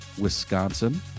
Wisconsin